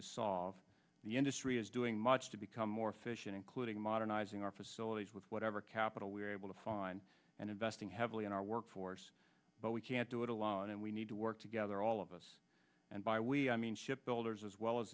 to solve the industry is doing much to become more efficient including modernizing our facilities with whatever capital we are able to find and investing heavily in our workforce but we can't do it alone and we need to work together all of us and by we i mean ship builders as well as